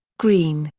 greene,